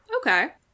Okay